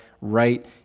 right